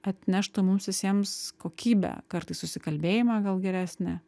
atneštų mums visiems kokybę kartais susikalbėjimą gal geresnį